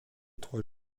trois